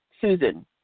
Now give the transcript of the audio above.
susan